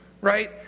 right